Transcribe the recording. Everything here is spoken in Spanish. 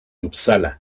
upsala